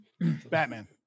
batman